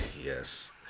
Yes